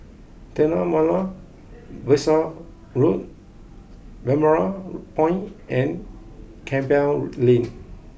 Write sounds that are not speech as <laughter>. Tanah Merah Besar <hesitation> Road Balmoral Point and Campbell Lane